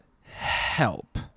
help